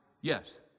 Yes